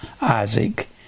Isaac